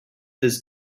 this